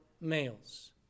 males